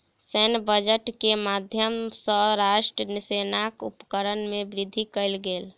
सैन्य बजट के माध्यम सॅ राष्ट्रक सेनाक उपकरण में वृद्धि कयल गेल